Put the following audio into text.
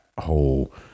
whole